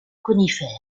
conifères